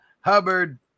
Hubbard